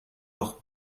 noch